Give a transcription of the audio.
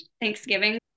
thanksgiving